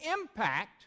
impact